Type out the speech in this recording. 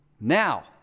now